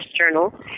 journal